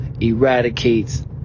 eradicates